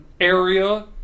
area